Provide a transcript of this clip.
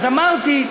אז אמרתי,